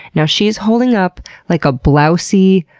you know she's holding up like a blousy,